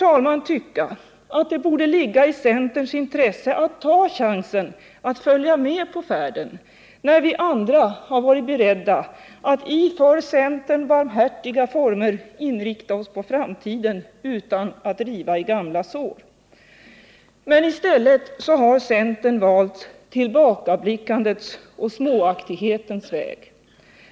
Man kan tycka att det borde ligga i centerns intresse att ta chansen att följa med på färden, när vi andra har varit beredda att i för centern barmhärtiga former inrikta oss på framtiden utan att riva i gamla sår. I stället har centern valt tillbakablickandets och småaktighetens väg.